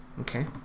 Okay